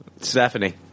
Stephanie